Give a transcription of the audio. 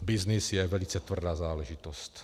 Byznys je velice tvrdá záležitost.